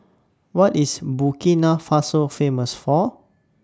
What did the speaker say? What IS Burkina Faso Famous For